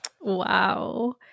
Wow